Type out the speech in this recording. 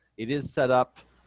it is set up